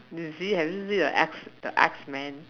do you see have you seen the X the X men